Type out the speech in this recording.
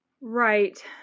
Right